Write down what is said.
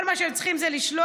כל מה שהם צריכים זה לשלוח.